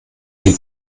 den